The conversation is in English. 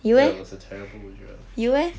that was a terrible would you rather question